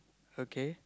okay